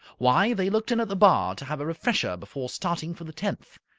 why, they looked in at the bar to have a refresher before starting for the tenth,